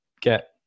get